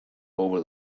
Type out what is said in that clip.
over